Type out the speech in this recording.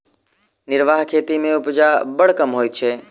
निर्वाह खेती मे उपजा बड़ कम होइत छै